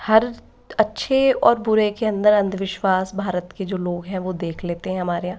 हर अच्छे और बुरे के अंदर अन्धविश्वास भारत के जो लोग हैं वो देख लेते हैं हमारे यहाँ